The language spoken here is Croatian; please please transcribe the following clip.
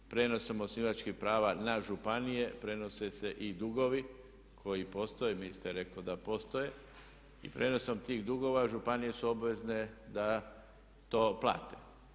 Prijenosom osnivačkih prava na županije prenose se i dugovi koji postoje, ministar je rekao da postoje i prijenosom tih dugova županije su obvezne da to plate.